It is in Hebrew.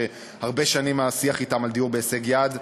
שהרבה שנים מתקיים השיח אתם על דיור בהישג יד.